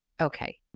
Okay